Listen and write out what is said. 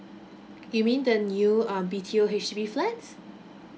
you mean the new uh B_T_O H_D_B flats